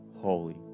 holy